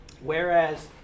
Whereas